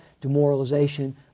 demoralization